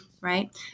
right